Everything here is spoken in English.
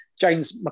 James